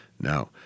Now